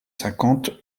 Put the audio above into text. cinquante